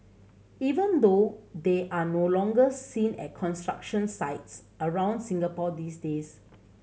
even though they are no longer seen at construction sites around Singapore these days